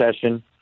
session